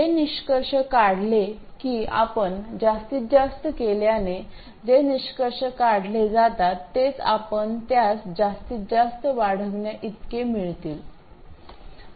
हे निष्कर्ष काढले की आपण जास्तीत जास्त केल्याने जे निष्कर्ष काढले जातात तेच आपण त्यास जास्तीत जास्त वाढवण्याइतके मिळतील